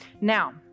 Now